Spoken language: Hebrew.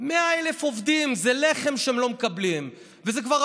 זה לא בגלל הקורונה.